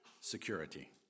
security